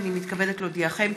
הינני מתכבדת להודיעכם,